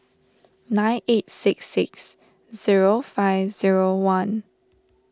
nine eight six six zero five zero one